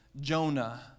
Jonah